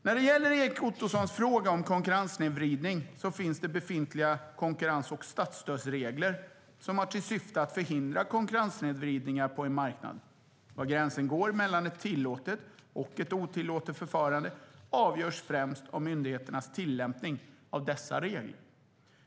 När det gäller Erik Ottosons fråga om konkurrenssnedvridning finns det befintliga konkurrens och statsstödsregler som har till syfte att förhindra konkurrenssnedvridningar på en marknad. Var gränsen går mellan ett tillåtet och ett otillåtet förfarande avgörs främst av myndigheternas tillämpning av dessa regler.